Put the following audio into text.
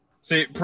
See